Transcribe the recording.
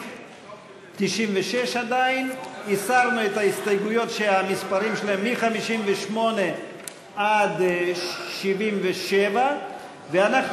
96. הסרנו את ההסתייגויות שהמספרים שלהן מ-58 עד 77. אנחנו